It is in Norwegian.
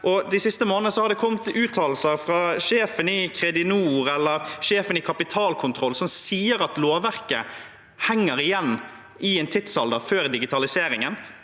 De siste månedene har det kommet uttalelser fra sjefene i Kredinor og KapitalKontroll, som sier at lovverket henger igjen i en tidsalder før digitaliseringen,